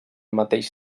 mateix